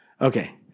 Okay